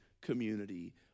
community